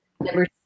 Number